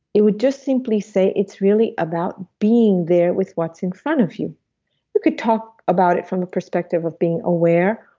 it would just simply say it's really about being there with what's in front of you. you could talk about it from a perspective of being aware,